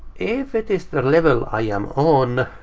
if it is the level i am on,